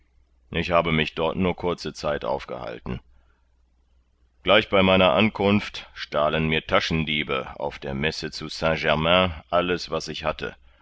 ich habe mich dort nur kurze zeit aufgehalten gleich bei meiner ankunft stahlen mir taschendiebe auf der messe zu st germain alles was ich hatte